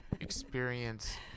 experience